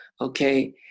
okay